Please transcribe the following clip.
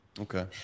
okay